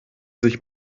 sich